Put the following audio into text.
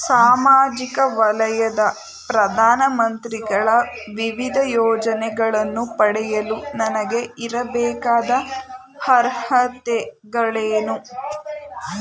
ಸಾಮಾಜಿಕ ವಲಯದ ಪ್ರಧಾನ ಮಂತ್ರಿಗಳ ವಿವಿಧ ಯೋಜನೆಗಳನ್ನು ಪಡೆಯಲು ನನಗೆ ಇರಬೇಕಾದ ಅರ್ಹತೆಗಳೇನು?